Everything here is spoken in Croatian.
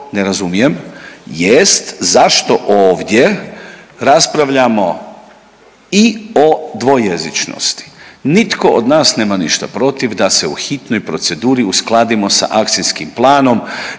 ne razumijem jest zašto ovdje raspravljamo i o dvojezičnosti, nitko od nas nema ništa protiv da se u hitnoj proceduri uskladimo sa akcijskim planom